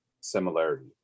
similarity